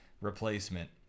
replacement